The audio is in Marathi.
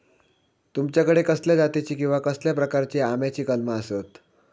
तुमच्याकडे कसल्या जातीची किवा कसल्या प्रकाराची आम्याची कलमा आसत?